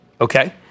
okay